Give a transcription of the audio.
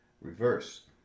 reverse